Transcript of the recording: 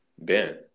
Ben